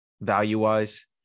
value-wise